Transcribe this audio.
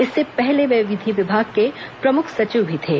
इससे पहले वे विधि विभाग के प्रमुख सचिव भी थे